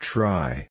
Try